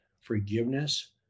forgiveness